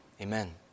Amen